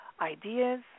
ideas